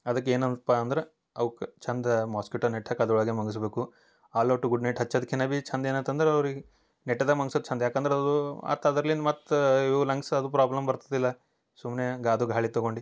ಅದಕ್ಕೆ ಏನಪ್ಪ ಅಂದ್ರ ಅವ್ಕ ಚಂದ ಮೊಸ್ಕಿಟೊ ನೆಟ್ ಹಾಕಿ ಅದರೊಳಗೆ ಮಗಿಸ್ಬೇಕು ಆಲ್ ಔಟ್ ಗುಡ್ ನೈಟ್ ಹಚ್ಚೋದ್ಕಿನ ಬಿ ಚಂದ ಏನಾತು ಅಂದ್ರ ಅವ್ರಿಗೆ ನೆಟ್ದಾಗ ಮಗ್ಸೋದು ಚಂದ ಏಕಂದ್ರ ಅದೂ ಮತ್ತೆ ಅದ್ರ್ಲಿಂದ ಮತ್ತು ಇವು ಲಂಗ್ಸ್ ಅದು ಪ್ರಾಬ್ಲಮ್ ಬರ್ತದಿಲ್ಲ ಸುಮ್ನೆ ಗಾದು ಗಾಳಿ ತಗೊಂಡು